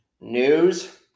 News